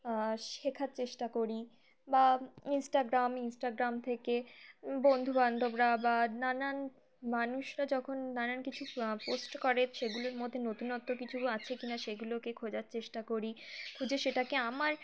শেখার চেষ্টা করি বা ইনস্টাগ্রাম ইনস্টাগ্রাম থেকে বন্ধুবান্ধবরা বা নানান মানুষরা যখন নানান কিছু পোস্ট করে সেগুলোর মধ্যে নতুনত্ব কিছু আছে কি না সেগুলোকে খোঁজার চেষ্টা করি খুঁজে সেটাকে আমার